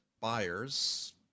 buyers